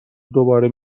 دوباره